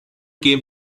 came